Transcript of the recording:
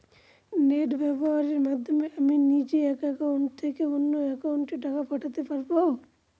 Net ব্যবহারের মাধ্যমে আমি নিজে এক অ্যাকাউন্টের থেকে অন্য অ্যাকাউন্টে টাকা পাঠাতে পারব?